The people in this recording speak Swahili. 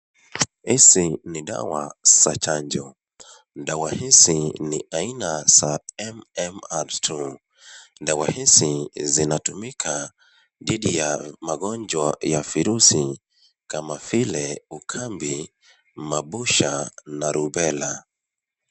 Hizi ni dawa za chanjo. Dawa hizi ni aina za (cs)MMR II(cs). Dawa hizi zinatumika dhidi ya magonjwa ya virusi kama vile ukambi, mabusha na rubela.